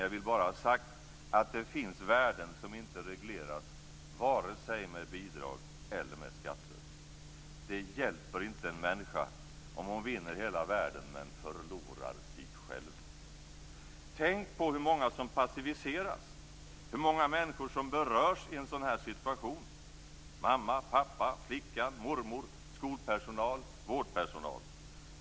Jag vill bara ha sagt att det finns värden som inte regleras vare sig med bidrag eller skatter. Det hjälper inte en människa om hon vinner hela världen men förlorar sig själv. Tänk på hur många som passiviseras och hur många människor som berörs i en sådan här situation, mamman, pappan, flickan, mormodern, skolpersonal och vårdpersonal!